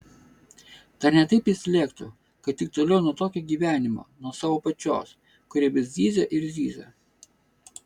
dar ne taip jis lėktų kad tik toliau nuo tokio gyvenimo nuo savo pačios kuri vis zyzia ir zyzia